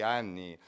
anni